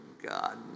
God